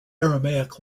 aramaic